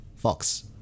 Fox